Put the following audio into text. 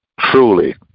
Truly